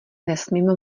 nesmím